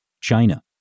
China